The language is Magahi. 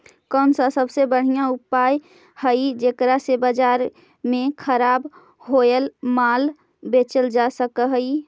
कौन सा सबसे बढ़िया उपाय हई जेकरा से बाजार में खराब होअल माल बेचल जा सक हई?